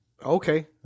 Okay